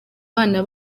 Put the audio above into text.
abana